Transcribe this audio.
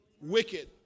wicked